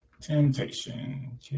temptation